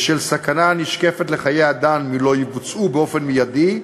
בשל סכנה הנשקפת לחיי אדם אם לא יבוצעו באופן מיידי,